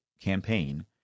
campaign